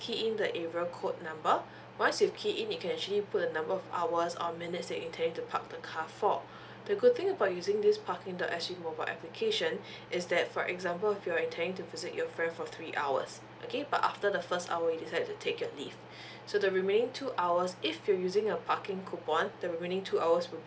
key in the area code number once you key in you can actually put the number of hours or minutes that intending to park the car for the good thing about using this parking dot S G mobile application is that for example if you're trying to visit your friend for three hours okay but after the first hour you decide to take a leave so the remaining two hours if you using a parking coupon the remaining two hours would be